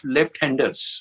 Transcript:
Left-Handers